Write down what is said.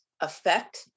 affect